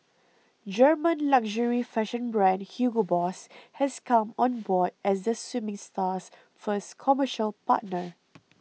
German luxury fashion brand Hugo Boss has come on board as the swimming star's first commercial partner